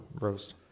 roast